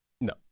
No